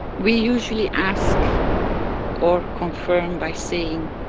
we usually ask or confirm by saying,